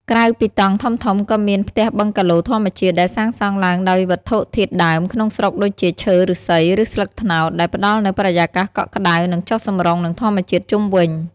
ក្រៅពីតង់ធំៗ ក៏មាន ផ្ទះបឹងកាឡូធម្មជាតិ ដែលសាងសង់ឡើងដោយវត្ថុធាតុដើមក្នុងស្រុកដូចជា ឈើ ឫស្សី ឬស្លឹកត្នោត ដែលផ្តល់នូវបរិយាកាសកក់ក្តៅ និងចុះសម្រុងនឹងធម្មជាតិជុំវិញ។